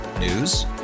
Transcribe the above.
News